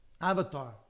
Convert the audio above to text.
Avatar